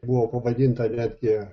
buvo pavadinta netgi